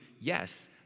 Yes